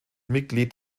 mitglied